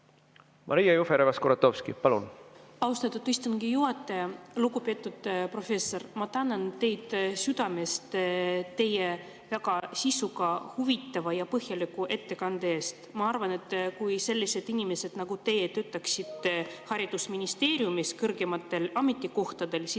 Maria Jufereva-Skuratovski, palun! Austatud istungi juhataja! Lugupeetud professor, ma tänan teid südamest teie väga sisuka, huvitava ja põhjaliku ettekande eest! Ma arvan, et kui sellised inimesed nagu teie töötaksid haridusministeeriumis kõrgematel ametikohtadel, siis